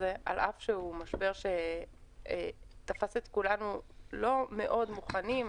המשבר תפס את כולנו לא מאוד מוכנים.